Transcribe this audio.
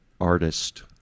artist